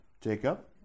Jacob